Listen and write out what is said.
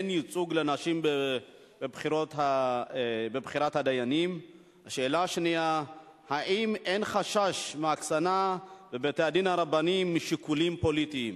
2. האם אין חשש מהקצנה בבתי-הדין הרבניים משיקולים פוליטיים?